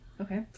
Okay